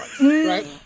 Right